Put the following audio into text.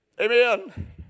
Amen